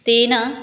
तेन